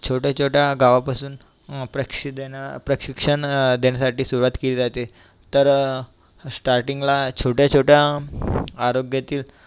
छोट्या छोट्या गावापासून प्रक्षि देणं प्रशिक्षण देण्यासाठी सुरवात केली जाते तर स्टार्टींगला छोट्या छोट्या आरोग्यातील